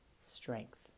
strength